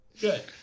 Good